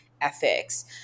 ethics